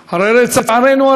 כמו שאמר חברי וקנין בצדק רב,